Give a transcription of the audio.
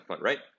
right